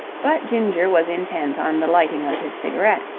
but ginger was intent on the lighting of his cigarette,